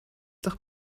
doch